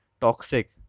toxic